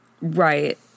Right